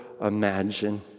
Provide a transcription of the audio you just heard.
imagine